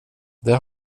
det